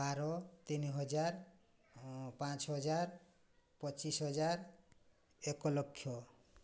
ବାର ତିନି ହଜାର ପାଞ୍ଚ ହଜାର ପଚିଶ ହଜାର ଏକ ଲକ୍ଷ